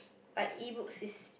like Ebooks is